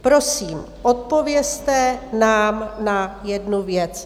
Prosím, odpovězte nám na jednu věc.